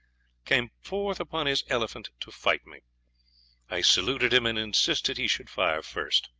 came forth upon his elephant to fight me i saluted him, and insisted he should fire first.